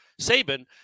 Saban